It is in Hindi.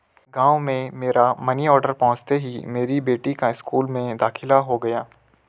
गांव में मेरा मनी ऑर्डर पहुंचते ही मेरी बेटी का स्कूल में दाखिला हो गया